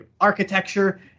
architecture